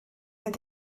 mynd